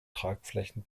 tragflächen